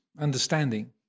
understanding